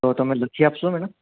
તો તમે લખી આપશો મેડમ